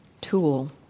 tool